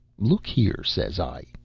look here, says i,